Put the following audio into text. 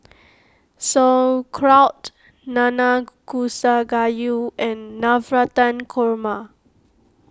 Sauerkraut Nanakusa Gayu and Navratan Korma